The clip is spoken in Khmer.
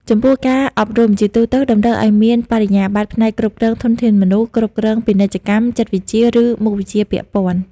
ចំពោះ ការអប់រំ ជាទូទៅតម្រូវឱ្យមានបរិញ្ញាបត្រផ្នែកគ្រប់គ្រងធនធានមនុស្ស គ្រប់គ្រងពាណិជ្ជកម្ម ចិត្តវិទ្យា ឬមុខវិជ្ជាពាក់ព័ន្ធ។